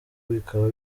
bikaba